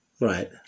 Right